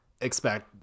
expect